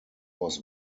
was